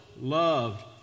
loved